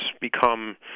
become